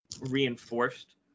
reinforced